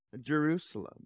Jerusalem